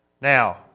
Now